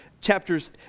chapters